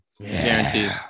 Guaranteed